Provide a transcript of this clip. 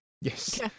Yes